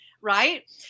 right